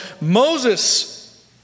Moses